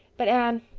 but, anne,